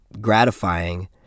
gratifying